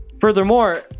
Furthermore